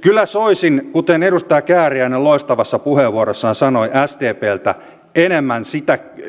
kyllä soisin kuten edustaja kääriäinen loistavassa puheenvuorossaan sanoi sdpltä enemmän sen